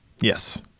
Yes